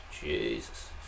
Jesus